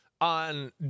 on